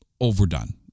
overdone